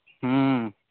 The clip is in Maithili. हुँ